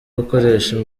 gukoresha